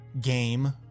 game